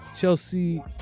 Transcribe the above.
Chelsea